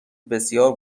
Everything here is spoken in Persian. بسیار